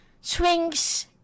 swings